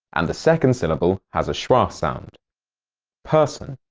and the second syllable has a schwa sound person.